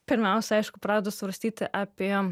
pirmiausia aišku pradedu svarstyti apie